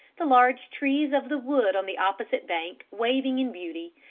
the large trees of the wood on the opposite bank waving in beauty,